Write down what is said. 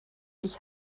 ich